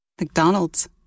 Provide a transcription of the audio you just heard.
McDonald's